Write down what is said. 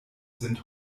sind